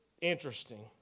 interesting